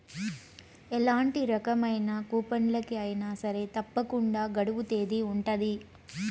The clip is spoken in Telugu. ఎలాంటి రకమైన కూపన్లకి అయినా సరే తప్పకుండా గడువు తేదీ ఉంటది